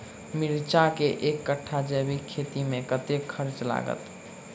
मिर्चा केँ एक कट्ठा जैविक खेती मे कतेक खर्च लागत?